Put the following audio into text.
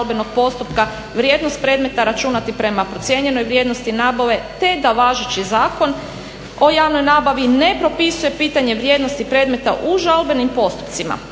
žalbenog postupka vrijednost predmeta računati prema procijenjenoj vrijednosti nabave, te da važeći Zakon o javnoj nabavi ne propisuje pitanje vrijednosti predmeta u žalbenim postupcima.